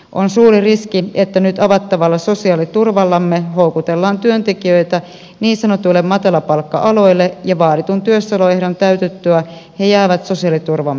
on suuri riski että nyt avattavalla sosiaaliturvallamme houkutellaan työntekijöitä niin sanotuille matalapalkka aloille ja vaaditun työssäoloehdon täytyttyä he jäävät sosiaaliturvamme piiriin